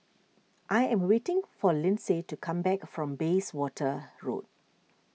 I am waiting for Lindsay to come back from Bayswater Road